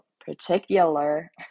particular